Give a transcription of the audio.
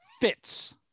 fits